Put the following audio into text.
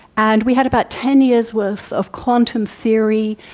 and we had about ten years' worth of quantum theory.